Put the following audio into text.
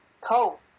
cool